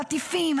חטיפים,